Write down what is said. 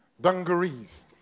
dungarees